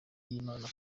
y’imana